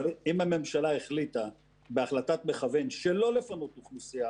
אבל אם הממשלה החליטה בהחלטת מכוון שלא לפנות אוכלוסייה